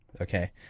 okay